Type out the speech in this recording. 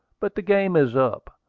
but the game is up.